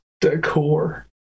Decor